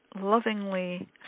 lovingly